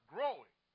Growing